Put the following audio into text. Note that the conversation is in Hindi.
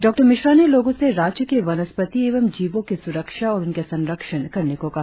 डॉ मिश्रा ने लोगो से राज्य की वनस्पति एवं जीवों की सुरक्षा और उनके संरक्षण करने को कहा